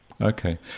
Okay